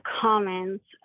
comments